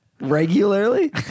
regularly